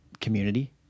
community